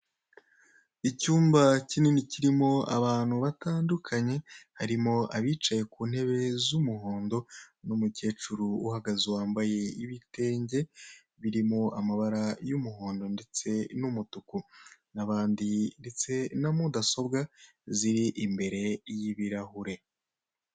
Icyumba kinini, kirimo abantu batandukanye, harimo abicaye ku ntebe z'umuhondo, n'umukecuru uhagaze, wambaye ibitenge birimo amabara y'umuhondo ndetse n'umutuku. N'abandi, ndetse na mudasobwa ziri imbere y'ibirahure.